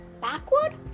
backward